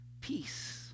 peace